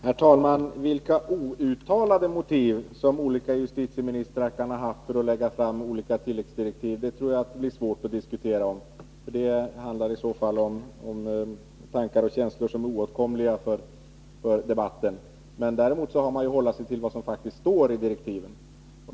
Herr talman! Vilka outtalade motiv som olika justitieministrar kan ha för att lägga fram olika tilläggsdirektiv tror jag att det blir svårt att diskutera. Det handlar om tankar och känslor som är oåtkomliga för debatt. Däremot har man att hålla sig till vad som faktiskt står i direktiven.